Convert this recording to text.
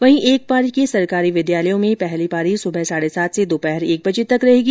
वहीं एक पारी के सरकारी विद्यालयों में पहली पारी सुबह साढ़े सात से दोपहर एक बजे तक रहेगी